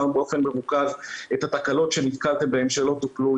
באופן מרוכז את התקלות שנתקלתם בהן שלא טופלו.